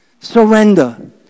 Surrender